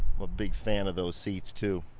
but big fan of those seats too.